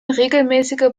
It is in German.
regelmäßige